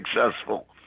successful